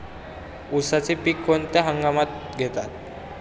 उसाचे पीक कोणत्या हंगामात घेतात?